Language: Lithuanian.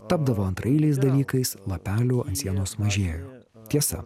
tapdavo antraeiliais dalykais lapelių ant sienos mažėjo tiesa